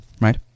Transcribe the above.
right